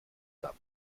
gab